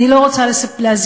אני לא רוצה להזכיר,